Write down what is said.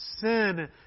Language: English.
sin